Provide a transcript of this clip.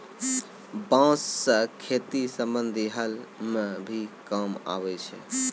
बांस सें खेती संबंधी हल म भी काम आवै छै